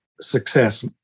success